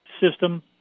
system